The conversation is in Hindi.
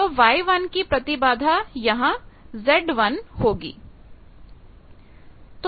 तो Y1 की प्रतिबाधा यहां Z1 होगी